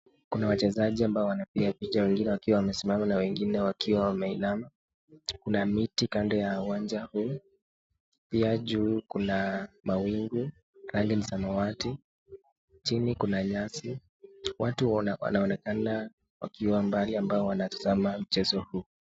Kuna wachezaji ambao wanapiga picha wengine wakiwa wamesimama na wengine wakiwa wameinama. Kuna miti kando ya uwanja huu. Pia juu kuna mawingu, rangi ni samawati, chini kuna nyasi. Watu wanaonekana wakiwa mbali ambao wanatazama mchezo huu.